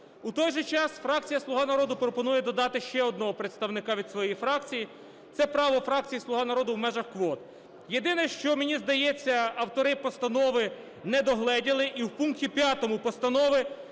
У той же час, фракція "Слуга народу" пропонує додати ще одного представника від своєї фракції. Це право фракції "Слуга народу" в межах квот. Єдине що, мені здається, автори постанови не догледіли, і в пункті 5 постанови